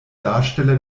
darsteller